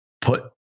Put